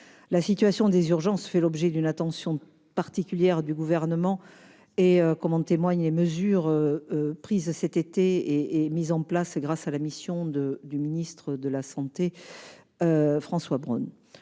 La situation des urgences fait l'objet d'une attention particulière du Gouvernement, comme en témoignent les mesures prises cet été et mises en place grâce à la mission du ministre de la santé François Braun.